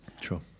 Sure